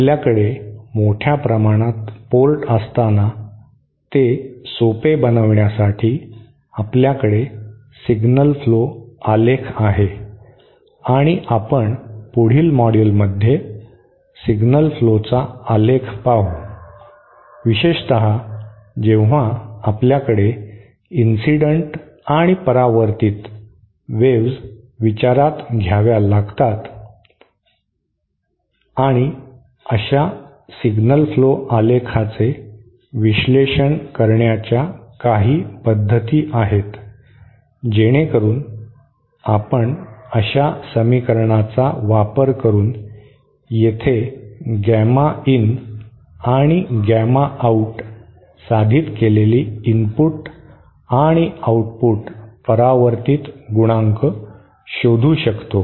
आपल्याकडे मोठ्या प्रमाणात पोर्ट असताना ते सोपे बनविण्यासाठी आपल्याकडे सिग्नल फ्लो आलेख आहे आणि आपण पुढील मॉड्यूलमध्ये सिग्नल फ्लोचा आलेख पाहू विशेषत जेव्हा आपल्याकडे इन्सिडेंट आणि परावर्तीत वेव्हज विचारात घ्याव्या लागतात आणि अशा सिग्नल फ्लो आलेखाचे विश्लेषण करण्याच्या काही पद्धती आहेत जेणेकरुन आपण अशा समीकरणाचा वापर करून येथे गॅमा इन आणि गॅमा आऊट साधित केलेली इनपुट आणि आउटपुट परावर्तीत गुणांक शोधू शकू